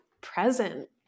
present